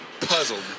puzzled